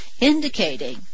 indicating